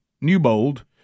Newbold